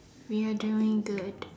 we are doing good